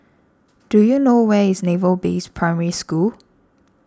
do you know where is Naval Base Primary School